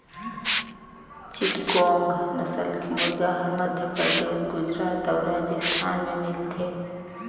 चिटगोंग नसल के मुरगा हर मध्यपरदेस, गुजरात अउ राजिस्थान में मिलथे